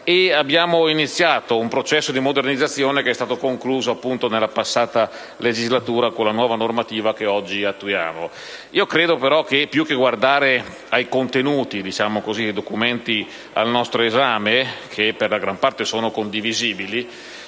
abbiamo iniziato un processo di modernizzazione che è stato concluso appunto nella passata legislatura, con la nuova normativa che oggi attuiamo. Credo però che, più che guardare ai contenuti dei documenti al nostro esame, che per la gran parte sono condivisibili,